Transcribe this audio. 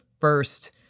first